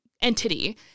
entity